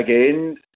again